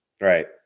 Right